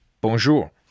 Bonjour